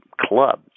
club